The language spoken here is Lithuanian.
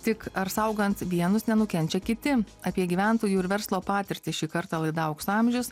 tik ar saugant vienus nenukenčia kiti apie gyventojų ir verslo patirtį šį kartą laida aukso amžius